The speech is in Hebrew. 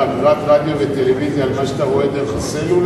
אגרת רדיו וטלוויזיה על מה שאתה רואה דרך הסלולר?